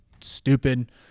stupid